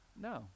No